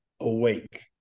awake